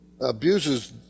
abuses